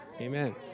Amen